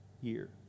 year